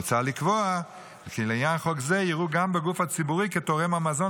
מוצע לקבוע כי לעניין חוק זה יראו גם בגוף הציבורי כתורם המזון,